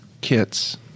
kits